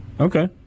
Okay